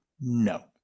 no